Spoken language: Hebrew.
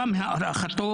עורכת הדין